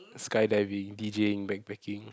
skydiving d_j_ing bag packing